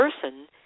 person